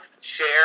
share